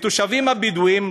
מהתושבים הבדואים.